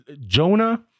Jonah